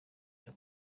cyo